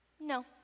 no